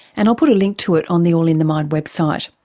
and i'll put a link to it on the all in the mind website.